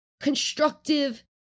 constructive